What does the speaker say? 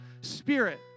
spirit